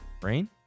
Brain